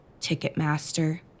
Ticketmaster